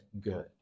good